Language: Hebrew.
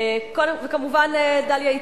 כמובן, דליה איציק,